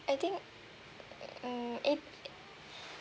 I think mm it